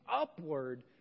upward